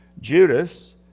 Judas